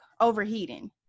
overheating